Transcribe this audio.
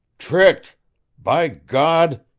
tricked by god!